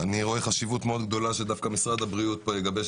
אני רואה חשיבות מאוד גדולה שדווקא משרד הבריאות יגבש